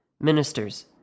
Ministers